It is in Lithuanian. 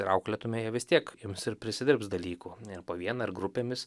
ir auklėtume jie vis tiek ims ir prisidirbs dalykų ar po vieną ar grupėmis